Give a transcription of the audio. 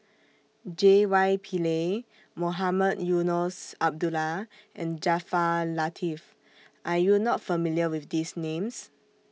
J Y Pillay Mohamed Eunos Abdullah and Jaafar Latiff Are YOU not familiar with These Names